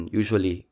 usually